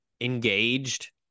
engaged